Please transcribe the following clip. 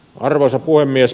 arvoisa puhemies